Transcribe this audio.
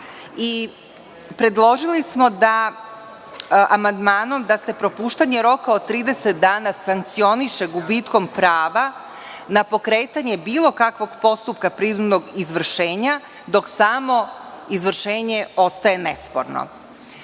status. Predložili smo amandmanom da se propuštanje roka od 30 dana sankcioniše gubitkom prava na pokretanje bilo kakvog postupka prinudnog izvršenja dok samo izvršenje ostaje nesporno.